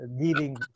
dealing